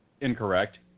incorrect